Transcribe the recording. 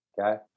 okay